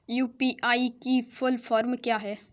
UPI की full form क्या है?